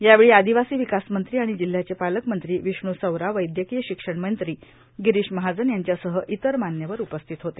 यावेळी आदिवासी विकास मंत्री आणि जिल्हयाचे पालकमंत्री विष्णू सवरा वैद्यकीय शिक्षण मंत्री गिरीश महाजर यांच्यासह इतर मान्यवर उपस्थित होते